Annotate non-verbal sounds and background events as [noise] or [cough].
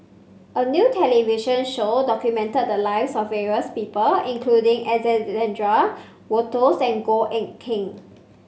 a new television show documented the lives of various people including [unintelligible] Wolters and Goh Eck Kheng